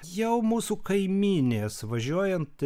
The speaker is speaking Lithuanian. jau mūsų kaimynės važiuojant